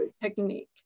technique